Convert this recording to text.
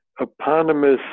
eponymous